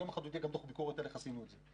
ויום אחד גם יגיע דוח ביקורת על איך עשינו את זה.